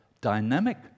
dynamic